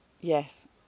Yes